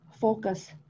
focus